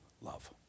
Love